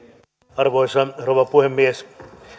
arvoisa rouva puhemies